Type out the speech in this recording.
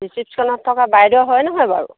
ৰিচিপশ্যনত থকা বাইদেউ হয় নহয় বাৰু